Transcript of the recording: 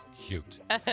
Cute